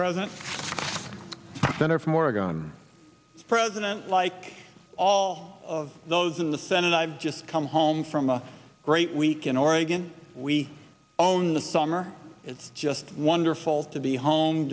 president center from oregon president like all of those in the senate i've just come home from a great week in oregon we own the summer it's just wonderful to be home